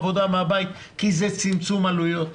העבודה מהבית כי זה צמצם להם עלויות.